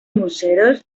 museros